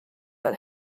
but